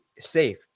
safe